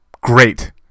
great